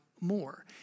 more